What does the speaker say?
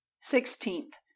Sixteenth